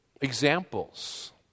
examples